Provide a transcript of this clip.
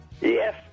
Yes